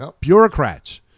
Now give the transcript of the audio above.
bureaucrats